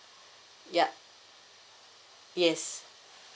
yup yes